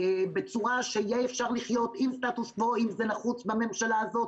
בצורה שיהיה אפשר לחיות עם סטטוס קוו אם זה נחוץ בממשלה הזאת